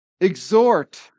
exhort